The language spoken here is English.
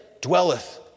dwelleth